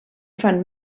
fan